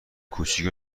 کوچیک